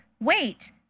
Wait